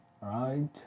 Right